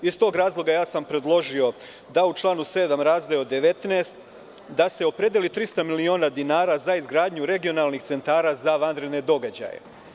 Iz tog razloga sam predložio da u članu 7. razdeo 19. da se opredeli 300 miliona dinara za izgradnju regionalnih centara za vanredne događaje.